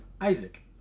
Isaac